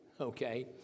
okay